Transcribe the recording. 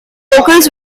vocals